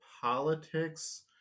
politics